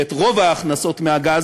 שאת רוב ההכנסות מהגז